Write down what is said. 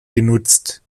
genutzt